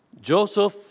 Joseph